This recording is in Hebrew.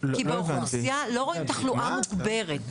כי באוכלוסייה לא רואים תחלואה מוגברת.